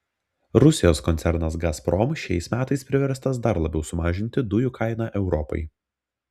rusijos koncernas gazprom šiais metais priverstas dar labiau sumažinti dujų kainą europai